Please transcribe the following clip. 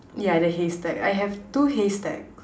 yeah the haystack I have two haystacks